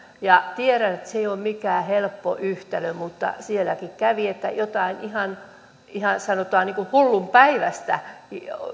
ja tiedän että se ei ole mikään helppo yhtälö mutta sielläkin kävi ilmi että jostain ihan sanotaan niin kuin hullunpäiväisestä